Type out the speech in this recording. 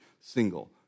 single